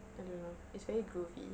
I don't know it's very groovy